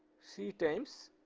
c times